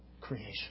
creation